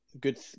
good